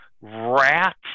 rats